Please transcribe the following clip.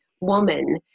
woman